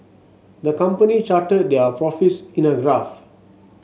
the company charted their profits in a graph